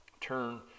turn